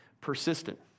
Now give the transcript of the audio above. persistent